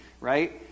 right